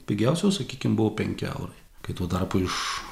pigiausios sakykim buvo penki eurai kai tuo tarpu iš